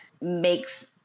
makes